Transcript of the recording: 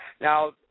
Now